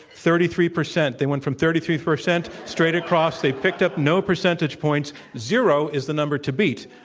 thirty three percent. they went from thirty three percent straight across. they picked up no percentage points. zero is the number to beat.